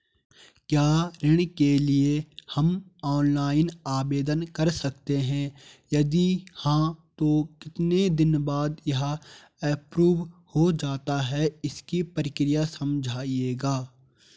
क्या ऋण के लिए हम ऑनलाइन आवेदन कर सकते हैं यदि हाँ तो कितने दिन बाद यह एप्रूव हो जाता है इसकी प्रक्रिया समझाइएगा?